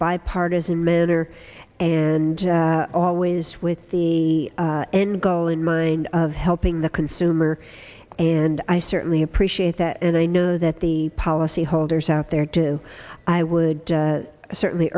bipartisan manner and always with the end goal in mind of helping the consumer and i certainly appreciate that and i know that the policyholders out there to i would certainly